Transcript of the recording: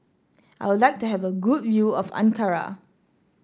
I would like to have a good view of Ankara